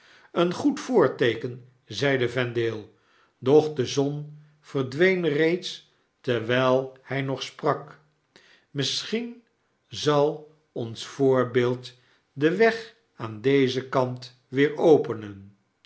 een goed voorteeken zeide vendale doch de zon verdween reeds terwgl hg nog sprak misschien zal ons voorbeeld den weg aan dezen kant weer openen